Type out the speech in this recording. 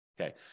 Okay